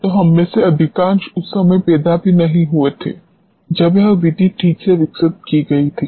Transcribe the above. तो हम में से अधिकांश उस समय पैदा भी नहीं हुए थे जब यह विधि ठीक से विकसित की गई थी